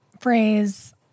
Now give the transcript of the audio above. phrase